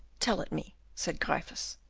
tell it me, said gryphus.